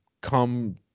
come